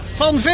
van